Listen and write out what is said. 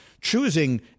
choosing